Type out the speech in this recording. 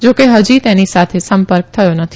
જોકે હજી તેની સાથે સંપર્ક થયો નથી